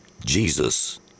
Jesus